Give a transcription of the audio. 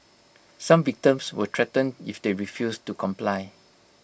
some victims were threatened if they refused to comply